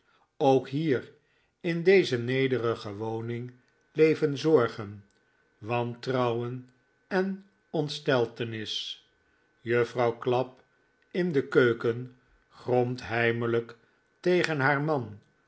ook hier in deze nederige woning leven zorgen wantrouwen en ontsteltenis juffrouw clapp in de keuken gromt heimelijk tegeo haar man